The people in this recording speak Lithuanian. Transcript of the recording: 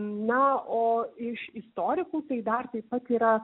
na o iš istorikų tai dar taip pat yra